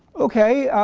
ok.